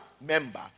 member